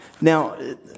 Now